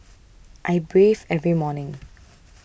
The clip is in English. I bathe every morning